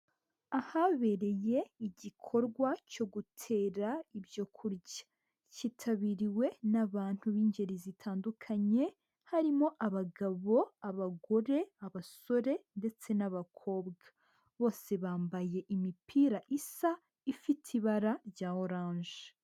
Ahabereye igikorwa cyo gutera ibyo kurya, cyitabiriwe n'abantu b'ingeri zitandukanye harimo abagabo, abagore, abasore ndetse n'abakobwa bose bambaye imipira isa ifite ibara rya oranje.